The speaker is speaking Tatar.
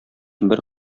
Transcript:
бер